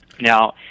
Now